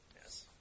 Yes